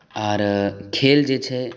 आओर खेल जे छै